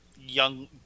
Young